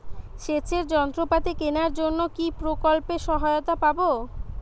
সেচের যন্ত্রপাতি কেনার জন্য কি প্রকল্পে সহায়তা পাব?